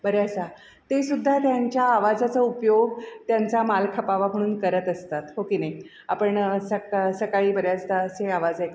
बऱ्याचदा ते सुद्धा त्यांच्या आवाजाचा उपयोग त्यांचा माल खपावा म्हणून करत असतात हो की नाही आपण सका सकाळी बऱ्याचदा असे आवाज ऐकतो